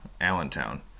Allentown